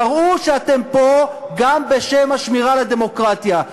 תראו שאתם פה גם בשם השמירה על הדמוקרטיה.